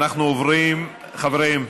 חברים,